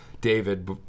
David